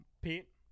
Pete